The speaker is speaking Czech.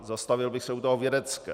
Zastavil bych se u toho vědecké.